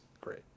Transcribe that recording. great